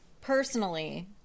personally